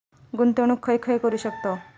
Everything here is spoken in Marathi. गुंतवणूक खय खय करू शकतव?